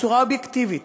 בצורה אובייקטיבית,